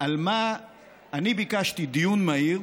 על מה אני ביקשתי דיון מהיר